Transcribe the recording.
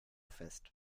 fest